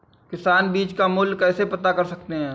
किसान बीज का मूल्य कैसे पता कर सकते हैं?